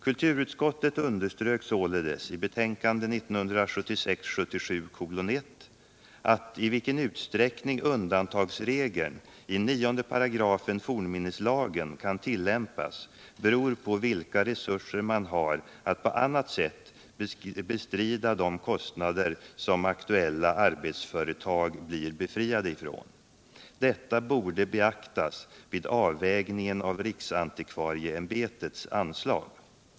Kulturutskottet underströk således i betänkandet 1976/77:1 att i vilken utsträckning undantagsregeln i 9 § fornminneslagen kan tillämpas beror på vilka resurser man har att på annat sätt bestrida de kostnader som aktuella arbetsföretag blir befriade från. Detta borde beaktas vid avvägningen av riksantikvarieämbetets anslag.